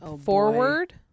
forward